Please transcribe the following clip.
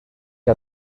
que